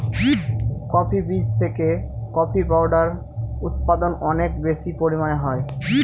coffee বীজ থেকে coffee powder উৎপাদন অনেক বেশি পরিমানে হয়